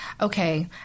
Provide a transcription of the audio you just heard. okay